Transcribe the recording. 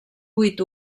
vuit